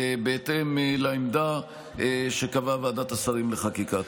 בהתאם לעמדה שקבעה ועדת השרים לחקיקה.